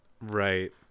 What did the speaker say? Right